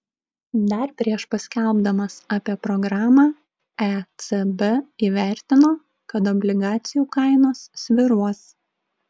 dar prieš paskelbdamas apie programą ecb įvertino kad obligacijų kainos svyruos